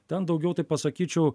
ten daugiau taip pasakyčiau